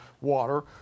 water